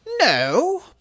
No